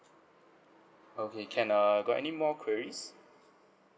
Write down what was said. okay can err got any more queries